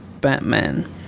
Batman